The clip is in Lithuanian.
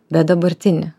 bet dabartinį